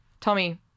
Tommy